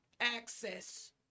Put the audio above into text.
access